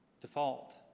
default